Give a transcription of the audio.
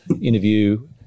interview